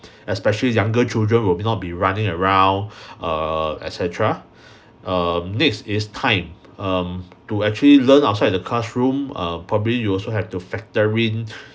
especially younger children will not be running around err et cetera err next is time um to actually learn outside the classroom uh probably you also have to factor in